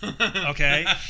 Okay